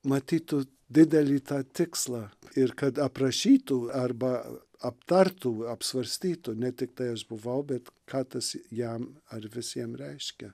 matytų didelį tą tikslą ir kada aprašytų arba aptartų apsvarstytų ne tiktai aš buvau bet ką tas jam ar visiem reiškia